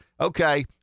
Okay